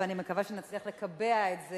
ואני מקווה שנצליח לקבע את זה